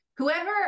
Whoever